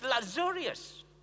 luxurious